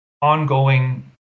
ongoing